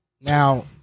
Now